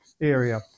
area